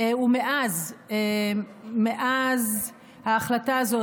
ומאז ההחלטה הזאת,